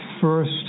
first